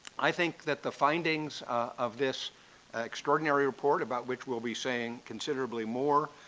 i think that the findings of this extraordinary report, about which we'll be saying considerably more,